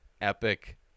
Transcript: epic